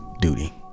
duty